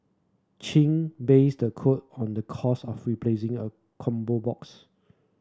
Chin based the quote on the cost of replacing a combo box